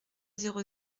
zéro